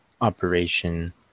operation